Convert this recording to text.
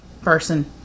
person